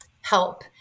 help